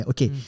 Okay